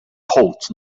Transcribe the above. poet